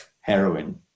heroin